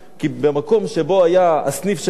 כי במקום שבו היה הסניף שלנו,